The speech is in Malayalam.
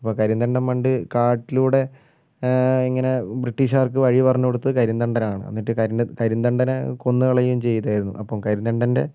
അപ്പോൾ കരിന്തണ്ടൻ പണ്ട് കാട്ടിലൂടെ ഇങ്ങനെ ബ്രിട്ടീഷുകാർക്ക് വഴി പറഞ്ഞു കൊടുത്തത് കരിന്തണ്ടനാണ് എന്നിട്ട് കരിന്ത കരിന്തണ്ടനെ കൊന്നു കളയുകയും ചെയ്തായിരുന്നു അപ്പോൾ കരിന്തണ്ടൻ്റെ